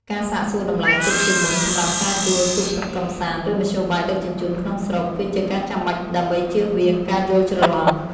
ការសាកសួរតម្លៃទុកជាមុនសម្រាប់ការជួលទូកកម្សាន្ត ឬមធ្យោបាយដឹកជញ្ជូនក្នុងស្រុក គឺជាការចាំបាច់ដើម្បីជៀសវាងការយល់ច្រឡំ។